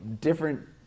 different